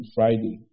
Friday